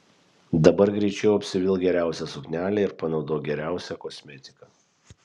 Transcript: dabar greičiau apsivilk geriausią suknelę ir panaudok geriausią kosmetiką